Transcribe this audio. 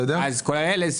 אתם לא יודעים